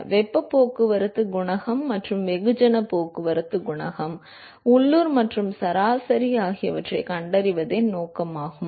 எனவே வெப்பப் போக்குவரத்துக் குணகம் மற்றும் வெகுஜனப் போக்குவரத்துக் குணகம் உள்ளூர் மற்றும் சராசரி ஆகியவற்றைக் கண்டறிவதே நோக்கமாகும்